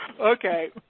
Okay